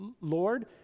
Lord